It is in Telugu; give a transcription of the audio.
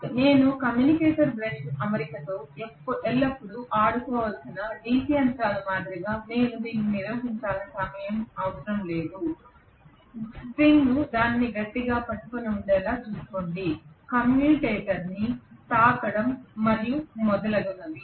కాబట్టి నేను కమ్యుటేటర్ బ్రష్ అమరికతో ఎల్లప్పుడూ ఆడుకోవాల్సిన DC యంత్రాల మాదిరిగా నేను దీన్ని నిర్వహించాల్సిన అవసరం లేదు స్ప్రింగ్ దానిని గట్టిగా పట్టుకొని ఉండేలా చూసుకోండి కమ్యుటేటర్ను తాకడం మరియు మొదలగునవి